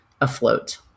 afloat